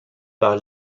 par